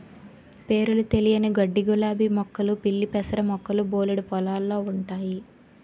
పేరులు తెలియని గడ్డిగులాబీ మొక్కలు పిల్లిపెసర మొక్కలు బోలెడు పొలాల్లో ఉంటయి